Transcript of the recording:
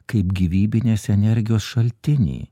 kaip gyvybinės energijos šaltinį